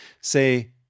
Say